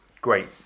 Great